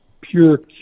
pure